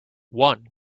one